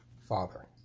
Father